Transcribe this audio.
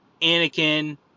Anakin